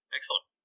Excellent